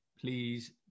Please